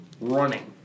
running